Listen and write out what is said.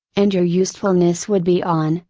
and your usefulness would be on,